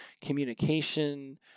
communication